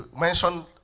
mentioned